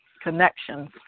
Connections